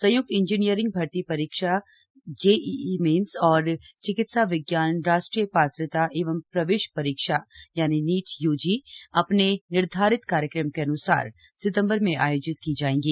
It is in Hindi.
संय्क्त इंजीनियंरिंग भर्ती परीक्षा जेईई मेन्स और चिकित्सा विज्ञान राष्ट्रीय पात्रता एवं प्रवेश परीक्षा नीट यूजी अपने निर्धारित कार्यक्रम के अनुसार सिंतबर में आयोजित की जाएंगी